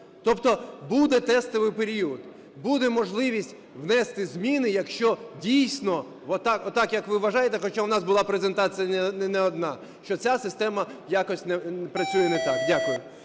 Тобто буде тестовий період, буде можливість внести зміни, якщо, дійсно, отак, як ви вважаєте, хоча у нас була презентація не одна, що ця система якось працює не так. Дякую.